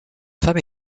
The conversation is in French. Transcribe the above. femme